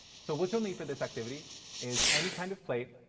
so, what you'll need for this activity is any kind of plate.